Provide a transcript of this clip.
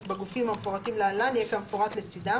בגופים המפורטים להלן יהיה כמפורט לצדם,